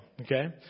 Okay